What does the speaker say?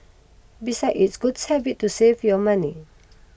beside it's good habit to save your money